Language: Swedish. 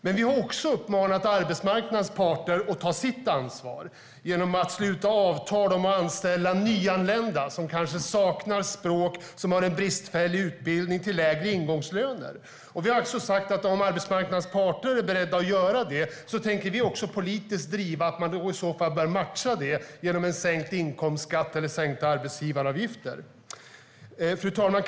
Men vi har också uppmanat arbetsmarknadens parter att ta sitt ansvar genom att sluta avtal om att anställa nyanlända som kanske saknar språkkunskaper och har bristfällig utbildning till lägre ingångslöner. Vi har också sagt att om arbetsmarknadens parter är beredda att göra detta tänker vi politiskt driva att man bör matcha det med sänkt inkomstskatt eller sänkta arbetsgivaravgifter. Fru talman!